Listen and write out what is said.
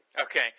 Okay